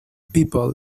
people